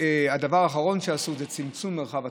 הדבר האחרון שעשו זה צמצום מרחב הצומת.